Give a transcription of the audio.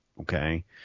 okay